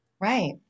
right